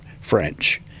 French